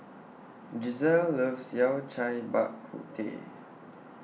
Giselle loves Yao Cai Bak Kut Teh